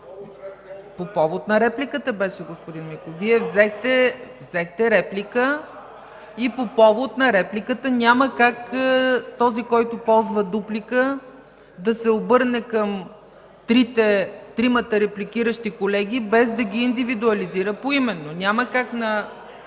По повод на репликата беше, господин Миков. Вие взехте реплика и по повод на репликата няма как този, който ползва дуплика, да се обърне към тримата репликиращи колеги, без да ги индивидуализира поименно. (Реплика.)